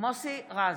מוסי רז,